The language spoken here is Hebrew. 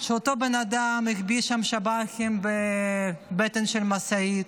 שאותו בן אדם החביא שב"חים בבטן של המשאית.